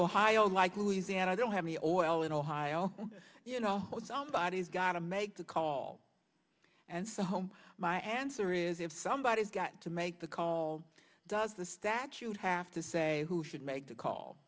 ohio like louisiana i don't have any oil in ohio you know somebody is gonna make the call and so home my answer is if somebody's got to make the call does the statute have to say who should make the call